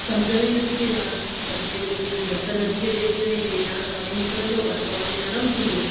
सम्झ में न पई अचे ॻाल्हि बसर जी कोकीअ में बसर वधीक पैजी वियो वेलिआ त निकरंदो अटो नरम थींदो